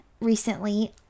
recently